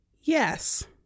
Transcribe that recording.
Yes